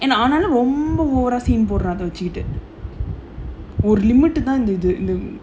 என்ன ஆனாலும் ரொம்ப:enna aanaalum romba over ah scene போடுறான் அத வெச்சுகிட்டு ஒரு:poduraan atha vechukittu oru limit uh தான் இந்த இது இந்த:thaan intha ithu intha